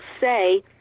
say